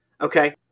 Okay